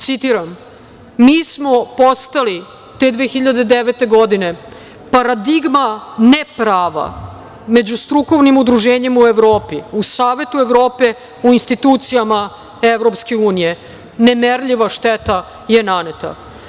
Citiram - Mi smo postali te 2009. godine paradigma ne prava međustrukovnim udruženjem u Evropi, u Savetu Evrope, u institucijama Evropske unije, nemerljiva šteta je naneta.